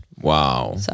Wow